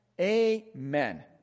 Amen